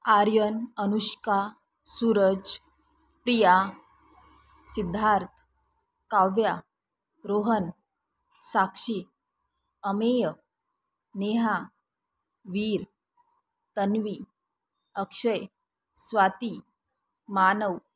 Aryan Anushka Suraj Priya Siddharth Kavya Rohan Sakshi Ameya Neha Veer Tanvi Akshay Swati Manav